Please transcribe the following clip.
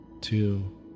two